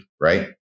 right